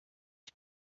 for